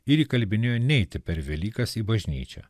ir įkalbinėjo neiti per velykas į bažnyčią